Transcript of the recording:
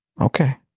Okay